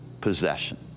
possession